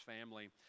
family